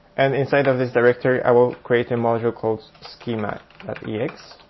and inside this directory, i will create a module called schema ex.